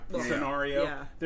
scenario